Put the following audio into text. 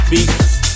Beats